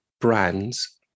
brands